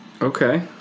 Okay